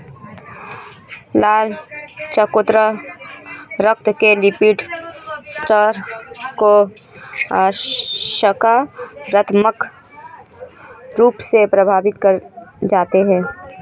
लाल चकोतरा रक्त के लिपिड स्तर को सकारात्मक रूप से प्रभावित कर जाते हैं